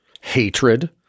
hatred